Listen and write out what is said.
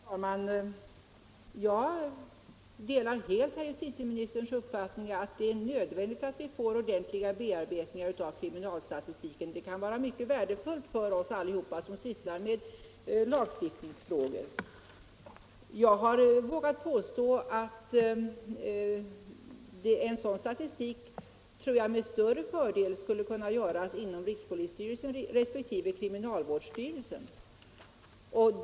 Herr talman! Jag delar helt herr justitieministerns uppfattning att det är nödvändigt att vi får ordentliga bearbetningar av kriminalstatistiken —- det kan vara värdefullt för oss alla som sysslar med lagstiftningsfrågor. Jag tror att en sådan statistisk bearbetning med större fördel skulle kunna göras inom rikspolisstyrelsen resp. kriminalvårdsstyrelsen.